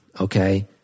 okay